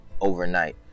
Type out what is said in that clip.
overnight